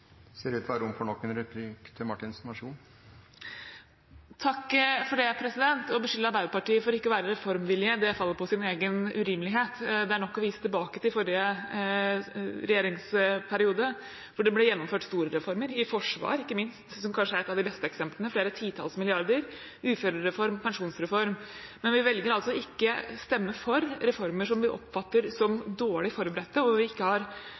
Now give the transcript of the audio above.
Å beskylde Arbeiderpartiet for ikke å være reformvillig faller på sin egen urimelighet. Det er nok å vise tilbake til forrige regjeringsperiode, hvor det ble gjennomført store reformer – i Forsvaret, ikke minst, som kanskje er ett av de beste eksemplene, flere titalls milliarder, uførereform, pensjonsreform. Men vi velger ikke å stemme for reformer som vi oppfatter som dårlig forberedte, og hvor vi ikke har